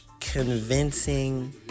convincing